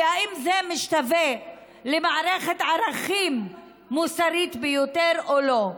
והאם זה משתווה למערכת ערכים מוסרית ביותר או לא?